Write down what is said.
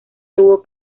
tuvo